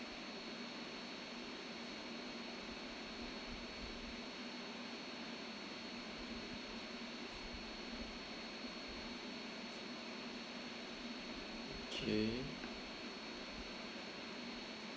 okay